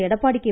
Edappadi K